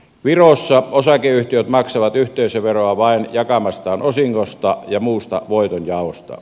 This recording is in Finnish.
virossa osakeyhtiöt maksavat yhteisöveroa vain jakamastaan osingosta ja muusta voitonjaosta